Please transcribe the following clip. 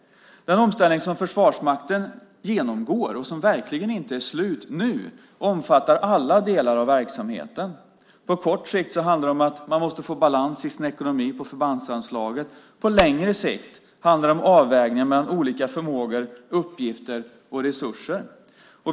Den omställning som Försvarsmakten genomgår och som verkligen inte är slut nu omfattar alla delar av verksamheten. På kort sikt handlar det om att man måste få balans i sin ekonomi på förbandsanslaget. På längre sikt handlar det om avvägningar mellan olika förmågor, uppgifter och resurser.